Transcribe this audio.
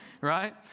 Right